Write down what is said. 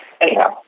Anyhow